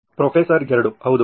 professor 2 ಹೌದು